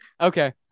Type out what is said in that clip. okay